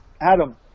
Adam